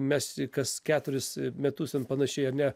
mes kas keturis metus ir panašiai ane